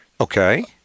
Okay